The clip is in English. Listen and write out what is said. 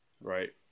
Right